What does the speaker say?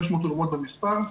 500 במספר.